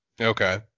Okay